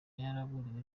yaraburiwe